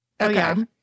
Okay